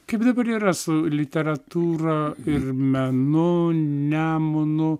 kaip dabar yra su literatūra ir menu nemunu